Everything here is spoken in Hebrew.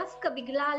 דווקא בגלל